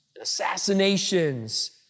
assassinations